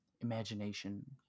imagination